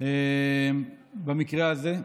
במקרה הזה.